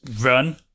run